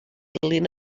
ddilyn